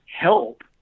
help